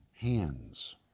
hands